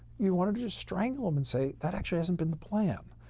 you wanted to just strangle him and say, that actually hasn't been the plan.